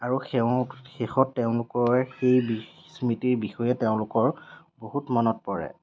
আৰু সেইও শেষত তেওঁলোকৰ সেই স্মৃতিৰ বিষয়ে তেওঁলোকৰ বহুত মনত পৰে